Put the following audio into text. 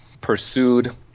pursued